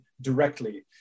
directly